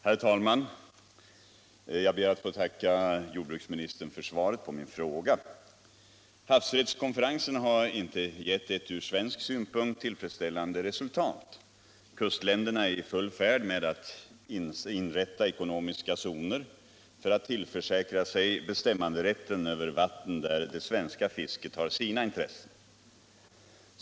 Herr talman! Jag ber att få tacka jordbruksministern för svaret på min fråga. Havsrättskonferensen har inte gett ett från svensk synpunkt tillfredsställande resultat. Kustländerna är i full färd med att inrätta ekonomiska zoner för att tillförsäkra sig bestämmanderätten över vatten, där det svenska fisket har sina intressen.